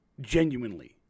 genuinely